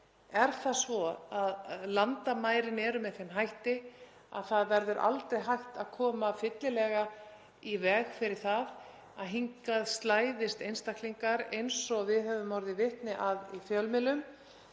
vegar eru landamærin með þeim hætti að það verður aldrei hægt að koma fyllilega í veg fyrir það að hingað slæðist einstaklingar eins og við höfum orðið vitni að í fjölmiðlum,